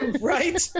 right